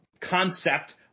concept